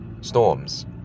storms